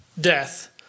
death